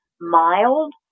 mild